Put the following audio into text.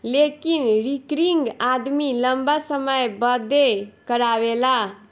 लेकिन रिकरिंग आदमी लंबा समय बदे करावेला